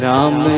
Ram